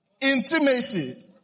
Intimacy